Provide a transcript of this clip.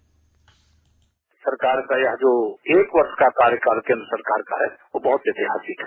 bite सरकार का यह जो एकवर्ष का कार्यकाल केन्द्र सरकार का है वह बहुत ऐतिहासिक है